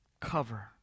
cover